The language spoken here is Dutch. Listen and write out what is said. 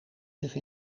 zich